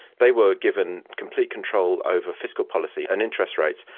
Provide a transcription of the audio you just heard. they were given complete control over fiscal policy and interest rates,